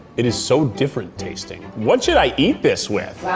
it is so different tasting. what should i eat this with?